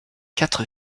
quatre